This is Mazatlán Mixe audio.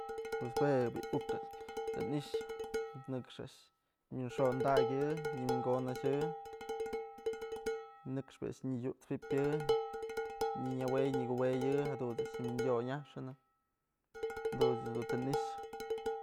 Pue jue bi'i uk a'ax të i'ixë nëkx a'ax nyëwinxpondakyë nëxpÿ a'ax nyadut's fipyë nyënëwey nyakuweyë jadunt's a'ax nyawinyonyaxnë jadun dun ëch dun të i'ixë.